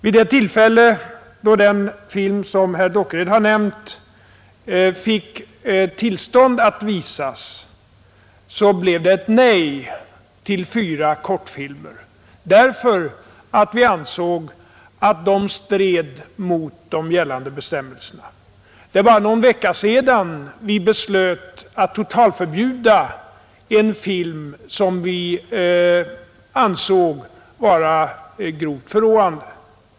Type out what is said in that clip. Vid det tillfälle då den film som herr Dockered har nämnt fick tillstånd att visas blev det ett nej till fyra kortfilmer, därför att vi ansåg att de stred mot de gällande bestämmelserna. Och det är bara någon vecka sedan vi beslöt att totalförbjuda en film som vi ansåg vara grovt förråande.